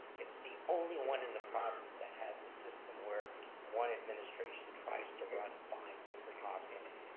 it's the only one in the province that has a system where one administration tries to run five different hospitals.